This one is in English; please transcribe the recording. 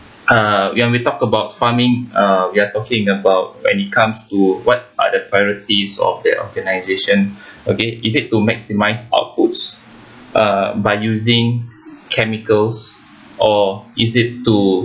uh ya we talked about farming uh we're talking about when it comes to what are the priorities of the organisation okay is it to maximize outputs uh by using chemicals or is it to